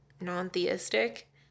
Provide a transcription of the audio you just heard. non-theistic